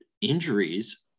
injuries